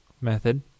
method